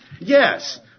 Yes